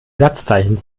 satzzeichen